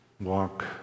walk